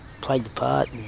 played the part